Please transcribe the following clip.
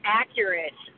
accurate